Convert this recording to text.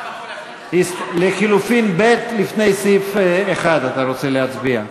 את כל ההסתייגויות?